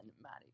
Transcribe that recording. Maddie